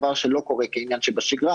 דבר שלא קורה כעניין שבשגרה.